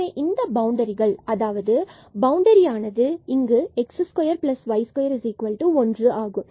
எனவே இந்த பவுண்டரி அதாவது பவுண்டரி ஆனது இங்கு x2y21 ஆகும்